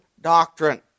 doctrine